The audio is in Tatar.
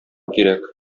кирәк